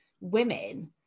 women